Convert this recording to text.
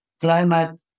climate